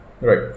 Right